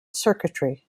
circuitry